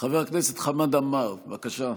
חבר הכנסת חמד עמאר, בבקשה.